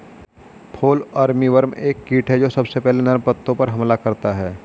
fall armyworm एक कीट जो सबसे पहले नर्म पत्तों पर हमला करता है